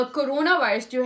Coronavirus